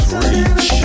reach